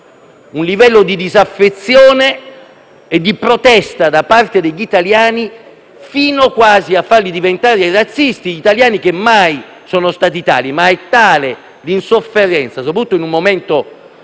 un livello di disaffezione e di protesta da parte degli italiani fin quasi a farli diventare razzisti, e gli italiani non sono mai stati tali. Ma tanta è l'insofferenza, soprattutto in un momento